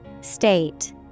State